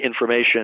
information